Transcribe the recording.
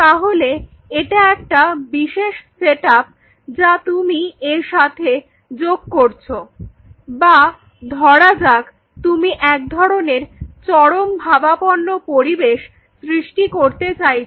তাহলে এটা একটা বিশেষ সেটআপ যা তুমি এর সাথে যোগ করছো বা ধরা যাক তুমি এক ধরনের চরমভাবাপন্ন পরিবেশ সৃষ্টি করতে চাইছ